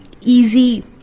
easy